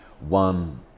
one